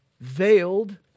Veiled